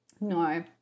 No